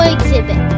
Exhibit